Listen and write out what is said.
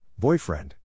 Boyfriend